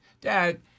dad